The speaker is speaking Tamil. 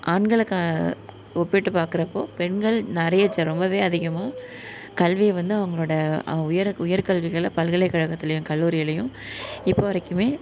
ஆண்களுக்கு ஒப்பீட்டு பாக்கிறப்போ பெண்கள் நிறைய ரொம்ப அதிகமாக கல்வி வந்து அவங்களோட அவங்க உயர் உயர்கல்விகளை பல்கலைக்கழகத்துலேயும் கல்லுரிகள்லேயும் இப்போ வரைக்குமே